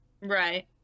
Right